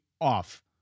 off